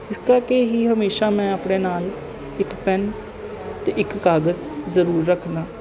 ਇਸ ਕਰਕੇ ਹੀ ਹਮੇਸ਼ਾ ਮੈਂ ਆਪਣੇ ਨਾਲ ਇੱਕ ਪੈਨ ਅਤੇ ਇੱਕ ਕਾਗਜ਼ ਜ਼ਰੂਰ ਰੱਖਦਾ